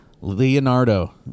Leonardo